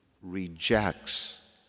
rejects